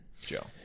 Joe